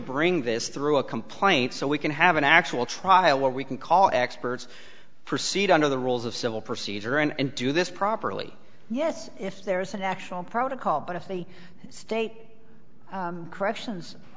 bring this through a complaint so we can have an actual trial where we can call experts proceed under the rules of civil procedure and do this properly yes if there is an actual protocol but if the state corrections